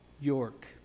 York